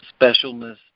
Specialness